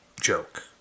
joke